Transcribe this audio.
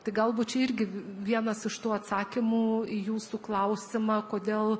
tai galbūt čia irgi vienas iš tų atsakymų į jūsų klausimą kodėl